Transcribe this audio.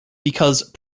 because